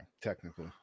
technically